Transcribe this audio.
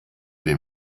dem